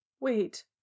Wait